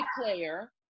player